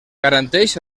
garanteix